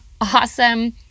awesome